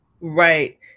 Right